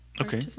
okay